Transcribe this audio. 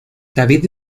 david